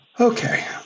okay